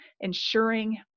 ensuring